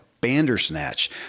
Bandersnatch